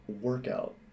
workout